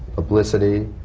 publicity,